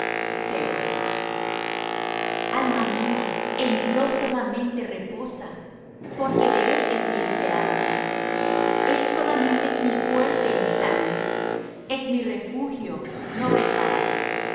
entrañas selah alma mía en dios solamente reposa porque de él es mi esperanza el solamente es mi fuerte y mi salud es mi refugio no resbalaré en